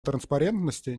транспарентности